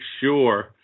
sure